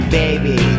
baby